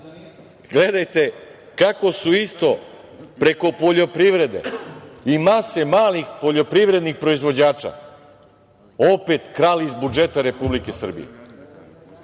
Gledajte kako su isto preko poljoprivrede i mase malih poljoprivrednih proizvođača opet krali iz budžeta Republike Srbije.